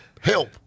Help